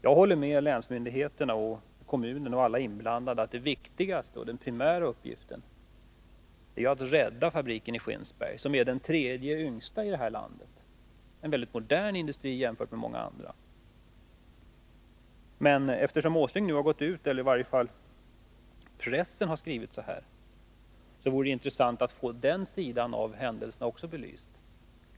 Jag håller med länsmyndigheter, kommunen och alla inblandade om att den primära uppgiften är att rädda fabriken i Skinnskatteberg, som är den tredje yngsta i det här landet. Det är en mycket modern industri, jämfört med många andra. Men eftersom pressen skrivit att Nils Åsling gått ut med dessa uppgifter, vore det intressant att få den sidan av saken belyst.